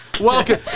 Welcome